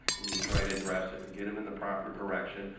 and you try to address it and get em in the proper direction.